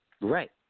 Right